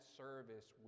service